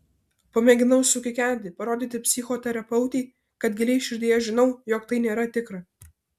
pamėginau sukikenti parodyti psichoterapeutei kad giliai širdyje žinau jog tai nėra tikra